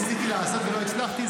ניסיתי לעשות ולא הצלחתי,